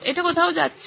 এটা কোথাও যাচ্ছে